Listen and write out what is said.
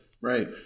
right